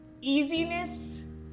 easiness